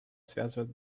связывает